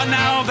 now